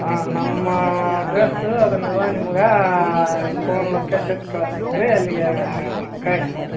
ಹಾಂ ನಮ್ಮ ಅಡ್ರಸ್ಸ ಅದನ್ನೆಲ್ಲ ನಿಮ್ಗೆ ಫೋನ್ ಲೊಕೇಶನ್ ಕಳ್ಸ್ತೀನಿ ರೀ ಅಲ್ಲಿಗೆ ಕಳ್ಸಿ ಕೊಡಿರಿ